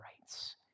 rights